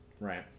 Right